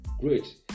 great